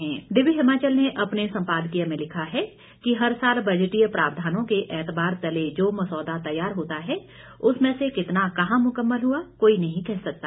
शीर्षक है दिव्य हिमाचल ने अपने संपादकीय में लिखा है कि हर साल बजटीय प्रावधानों के एतबार तले जो मसौदा तैयार होता है उसमें से कितना कहां मुकम्मल हुआ कोई नहीं कह सकता